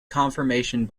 confirmation